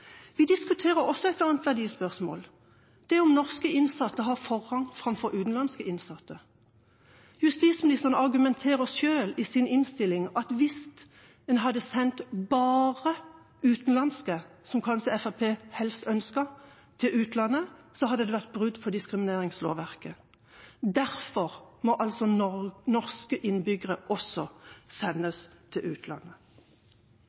Vi diskuterer også et annet verdispørsmål – om norske innsatte har forrang framfor utenlandske innsatte. Justisministeren argumenterer selv i sin innstilling med at hvis en hadde sendt bare utlendinger – som kanskje Fremskrittspartiet helst ønsker – til utlandet, hadde det vært brudd på diskrimineringslovverket. Derfor må altså norske innbyggere også sendes til utlandet.